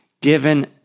given